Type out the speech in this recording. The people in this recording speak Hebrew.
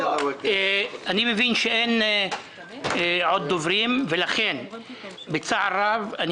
אני מבין שאין עוד דוברים ולכן בצער רב אני